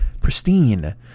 pristine